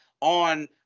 on